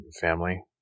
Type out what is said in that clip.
family